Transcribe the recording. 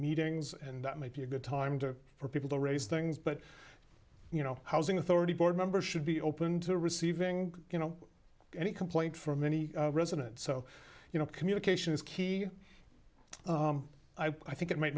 meetings and that might be a good time to for people to raise things but you know housing authority board members should be open to receiving you know any complaint from any resident so you know communication is key i think it m